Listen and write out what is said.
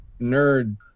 nerd